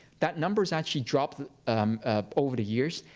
that number has actually dropped over the years.